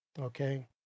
okay